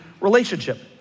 relationship